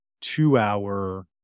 two-hour